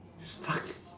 s~ fuck